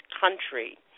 country